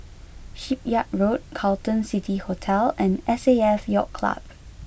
Shipyard Road Carlton City Hotel and S A F Yacht Club